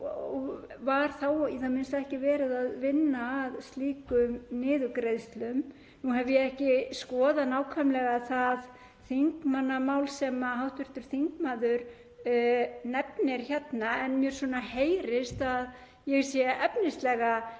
fram að í það minnsta þá var ekki verið að vinna að slíkum niðurgreiðslum. Nú hef ég ekki skoðað nákvæmlega það þingmannamál sem hv. þingmaður nefnir en mér heyrist að ég sé efnislega